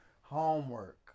homework